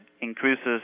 increases